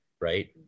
Right